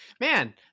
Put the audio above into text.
man